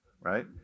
Right